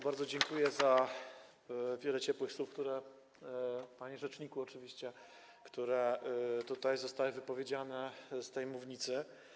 Bardzo dziękuję za wiele ciepłych słów, panie rzeczniku, oczywiście, które zostały wypowiedziane z tej mównicy.